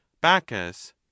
bacchus